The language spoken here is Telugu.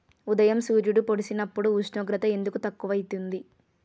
ఉదయం సూర్యుడు పొడిసినప్పుడు ఉష్ణోగ్రత ఎందుకు తక్కువ ఐతుంది?